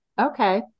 Okay